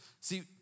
See